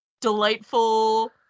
delightful